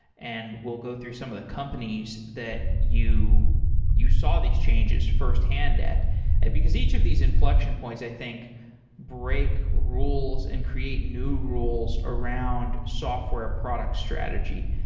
and we'll go through some of the companies that you you saw the exchanges firsthand, because each of these inflection points i think break rules and create new rules around software product strategy.